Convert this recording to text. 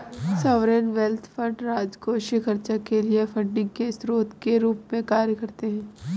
sovereign wealth fund राजकोषीय खर्च के लिए फंडिंग के स्रोत के रूप में कार्य करते हैं